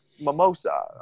mimosa